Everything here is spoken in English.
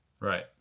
Right